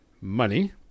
money